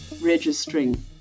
registering